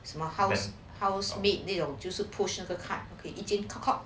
什么 house house 那种就是 push 那个 cart 每一间 cohort